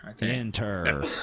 Enter